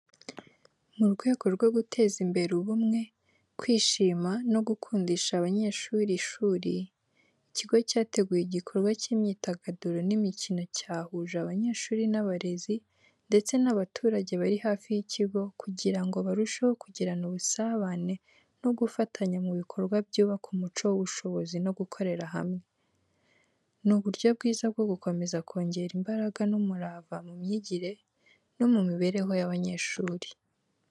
Mu rwego rwo guteza imbere ubumwe, kwishima no gukundisha abanyeshuri ishuri, ikigo cyateguye igikorwa cy’imyidagaduro n’imikino cyahuje abanyeshuri n’abarezi ndetse n'abaturage bari hafi y'ikigo kugira ngo barusheho kugirana ubusabane no gufatanya mu bikorwa byubaka umuco w’ubushobozi no gukorera hamwe. Ni uburyo bwiza bwo gukomeza kongera imbaraga n’umurava mu myigire no mu mibereho y’abanyeshuri.